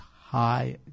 High